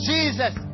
Jesus